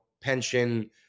pension